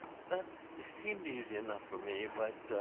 that seemed easy enough for me. but